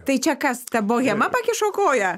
tai čia kas ta bohema pakišo koją